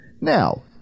Now